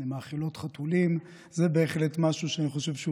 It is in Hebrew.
למאכילות חתולים זה בהחלט משהו שאני חושב שהוא